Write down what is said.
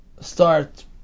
start